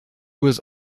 was